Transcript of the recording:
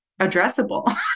addressable